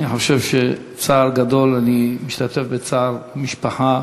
אני חושב שהצער גדול, אני משתתף בצער המשפחה.